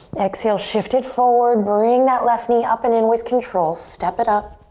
exhale, shift it forward. bring that left knee up and in with control. step it up.